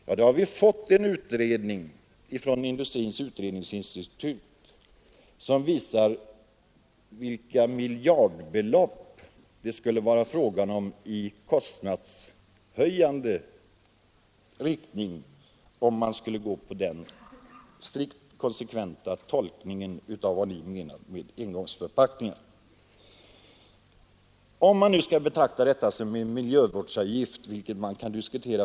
Vi har fått en utredning från Industriens utredningsinstitut som visar vilka miljardbelopp det skulle vara fråga om i kostnadshöjande riktning, om man strikt och konsekvent skulle hålla sig till er tolkning av vad som menas med engångsförpackningar. Man kan diskutera om man skall betrakta detta som en miljövårdsavgift.